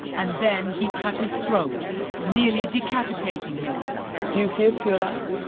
and then he cut his throat nearly decapitating him do you fear for your life?